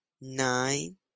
nine